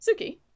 Suki